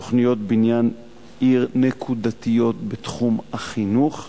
תוכניות בניין עיר נקודתיות בתחום החינוך.